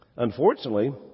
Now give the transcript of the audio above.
Unfortunately